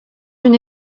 une